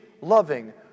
loving